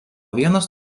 vienas